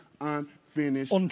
unfinished